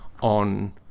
on